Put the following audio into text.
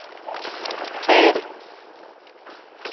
पेड़